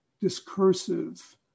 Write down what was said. discursive